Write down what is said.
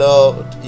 Lord